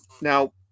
now